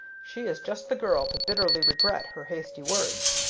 she is just the girl to bitterly regret her hasty words,